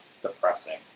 depressing